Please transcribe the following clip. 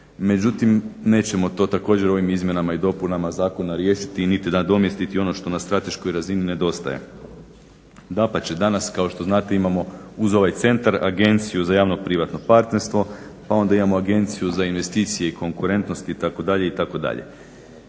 međutim nećemo to također ovim izmjenama i dopunama zakona riješiti niti nadomjestiti ono što na strateškoj razini nedostaje. Dapače, danas kao što znate imamo uz ovaj centar Agenciju za javno privatno partnerstvo, pa onda imamo Agenciju za investicije i konkurentnost itd., itd.